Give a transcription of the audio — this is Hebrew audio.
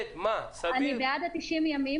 אני בעד ה-90 ימים,